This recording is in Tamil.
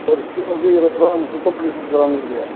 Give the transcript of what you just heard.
ஒரு கிலோவுக்கு இருபது ரூவா அவங்க சுத்தம் பண்ணி கொடுக்கறவங்களுக்கு